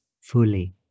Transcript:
fully